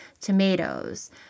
tomatoes